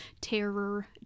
Terror